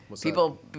People